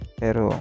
pero